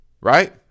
right